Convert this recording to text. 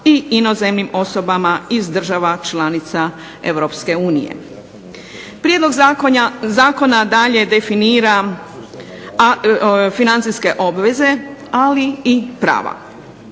i inozemnim osobama iz država članica Europske unije. Prijedlog zakona dalje definira financijske obveze, ali i prava.